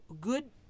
good